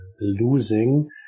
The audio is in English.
losing